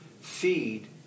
Feed